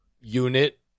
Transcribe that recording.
unit